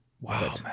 Wow